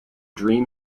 dream